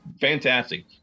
fantastic